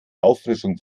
auffrischung